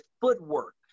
footwork